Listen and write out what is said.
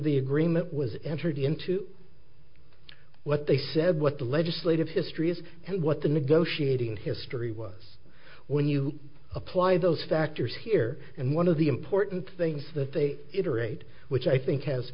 the agreement was entered into what they said what the legislative history is and what the negotiating history was when you apply those factors here and one of the important things that they iterate which i think has